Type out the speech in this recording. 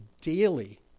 daily